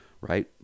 Right